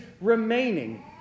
remaining